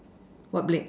what blade